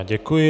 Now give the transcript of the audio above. Děkuji.